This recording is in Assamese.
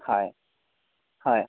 হয় হয়